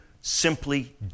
simply